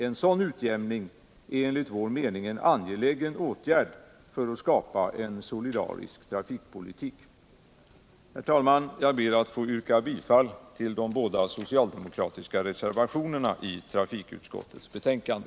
En sådan utjämning är enligt vår mening en angelägen åtgärd för att skapa en solidarisk trafikpolitik. Herr talman! Jag ber att få yrka bifall till de båda socialdemokratiska reservationerna i trafikutskottets betänkande.